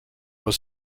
was